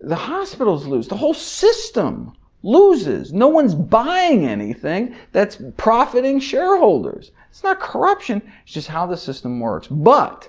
the hospitals lose, the whole system loses, no one is buying anything that's profiting shareholders, it's not corruption, it's just how the system works but